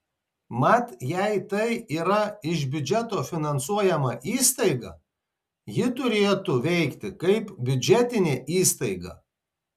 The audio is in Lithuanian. mat jei tai yra iš biudžeto finansuojama įstaiga ji turėtų veikti kaip biudžetinė įstaiga